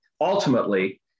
Ultimately